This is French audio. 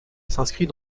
s’inscrit